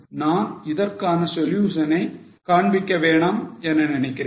நான் இதற்கான solution ஐ காண்பிக்க வேணாம் என நினைக்கிறேன்